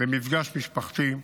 למפגש משפחתי,